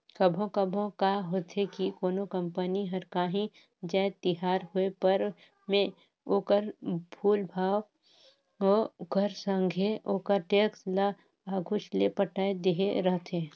कभों कभों का होथे कि कोनो कंपनी हर कांही जाएत तियार होय पर में ओकर मूल भाव कर संघे ओकर टेक्स ल आघुच ले पटाए देहे रहथे